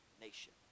nation